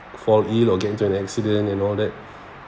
fall ill or get into an accident and all that